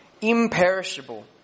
imperishable